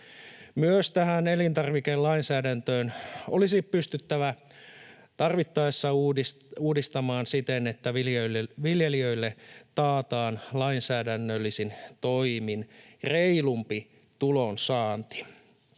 Myös tätä elintarvikelainsäädäntöä olisi pystyttävä tarvittaessa uudistamaan siten, että viljelijöille taataan lainsäädännöllisin toimin reilumpi tulonsaanti.